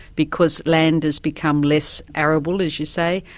because land has become less arable as you say,